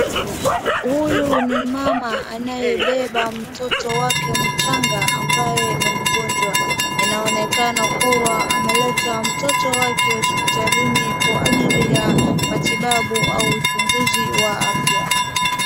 Huyu ni mama anayebeba mtoto wake mchanga ambaye ni mgonjwa, inaonekana kuwa ameleta mtoto wake hosiptalini kwa ajili ya matibabu au uchunguzi wa afya.